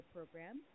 Program